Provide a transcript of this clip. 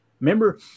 Remember